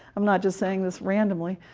i'm not just saying this randomly.